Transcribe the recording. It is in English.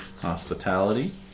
Hospitality